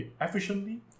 efficiently